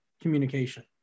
communication